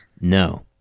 No